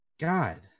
God